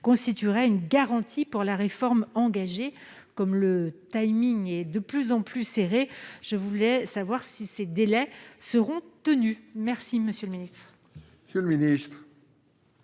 constituerait une garantie pour la réforme engagée comme le timing est de plus en plus, je voulais savoir si ces délais seront tenus, merci monsieur le Ministre.